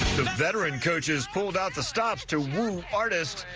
the veteran coaches pulled out the stops to run artist.